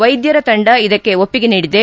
ವೈದ್ಧರ ತಂಡ ಇದಕ್ಕೆ ಒಪ್ಪಿಗೆ ನೀಡಿದೆ